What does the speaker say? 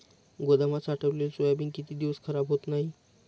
गोदामात साठवलेले सोयाबीन किती दिवस खराब होत नाही?